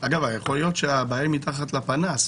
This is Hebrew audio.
אגב, יכול להיות שהבעיה היא מתחת לפנס.